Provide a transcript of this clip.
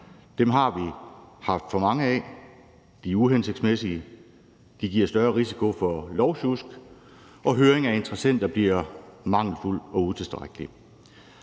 Dem har vi haft for mange af; de er uhensigtsmæssige, de giver større risiko for lovsjusk, og høring af interessenter bliver mangelfuld og utilstrækkelig.